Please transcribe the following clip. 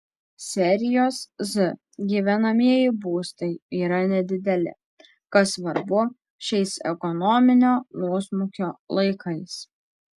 serijos z gyvenamieji būstai yra nedideli kas svarbu šiais ekonominio nuosmukio laikais